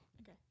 Okay